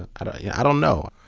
and yeah i don't know.